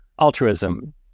altruism